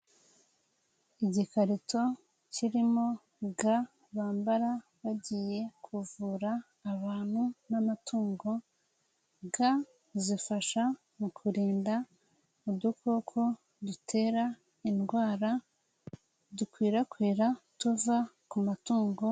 Igikarito kirimo ga bambara bagiye kuvura abantu n'amatungo, ga zifasha mu kurinda udukoko dutera indwara dukwirakwira tuva ku matungo.